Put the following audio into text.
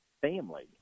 family